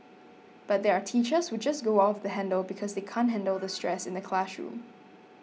but there are teachers who just go off the handle because they can't handle the stress in the classroom